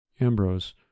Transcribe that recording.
Ambrose